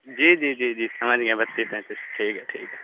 جی جی جی جی سمجھ گئے بتیس تینتیس ٹھیک ہے ٹھیک ہے